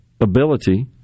Ability